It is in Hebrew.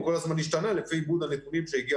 הוא כל הזמן השתנה לפי עיבוד הנתונים שהגיע